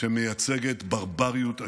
שמייצגת ברבריות איומה.